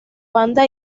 banda